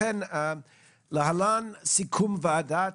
להלן סיכום וועדת